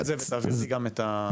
תבדוק את זה ותעביר לי גם את --- זה